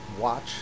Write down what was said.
Watch